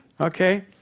Okay